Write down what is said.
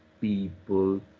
people